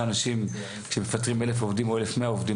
אנשים כשמפטרים 1,000 או 1,100 עובדים,